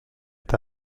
est